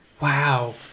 wow